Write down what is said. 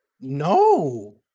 No